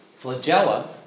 flagella